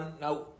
Now